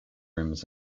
rooms